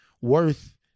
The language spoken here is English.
worth